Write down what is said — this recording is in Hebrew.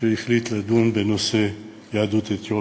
שהחליט לדון בנושא יהדות אתיופיה,